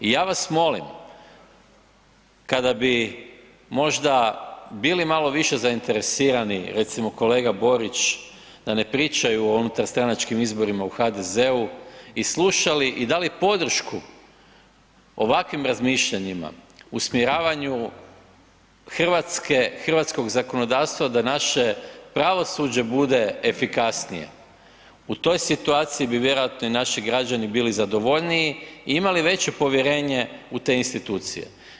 I ja vas molim kada bi možda bili malo više zainteresirani, recimo kolega Borić da ne pričaju o unutarstranačkim izborima u HDZ-u i slušali i dali podršku ovakvim razmišljanjima, usmjeravanju hrvatskog zakonodavstva da naše pravosuđe bude efikasnije u toj situaciji bi vjerojatno i naši građani bili zadovoljniji i imali veće povjerenje u te institucije.